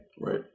Right